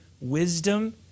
wisdom